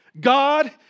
god